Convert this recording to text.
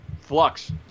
Flux